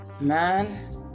man